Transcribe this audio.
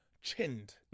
chinned